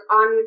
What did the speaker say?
on